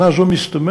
שנה זו מסתמנת,